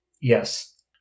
Yes